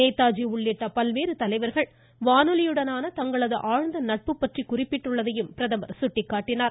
நேதாஜி உள்ளிட்ட பல்வேறு தலைவர்கள் வானொலி உடனான தங்களது ஆழ்ந்த நட்பு பற்றி குறிப்பிட்டுள்ளதாகவும் பிரதமர் தெரிவித்தார்